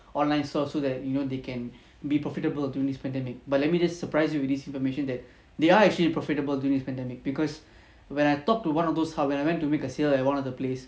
online shop so that you know they can be profitable during this pandemic but let me just surprise you with this information that they are actually profitable during pandemic because when I talk to one of those hardware I went to make a sale at one of the place